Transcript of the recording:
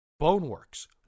Boneworks